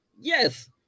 Yes